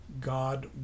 God